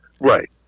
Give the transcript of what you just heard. Right